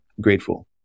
grateful